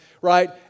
right